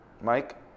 Mike